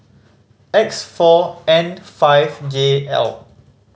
X four N five J L